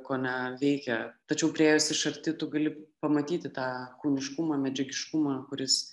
kone veikia tačiau priėjus iš arti tu gali pamatyti tą kūniškumą medžiagiškumą kuris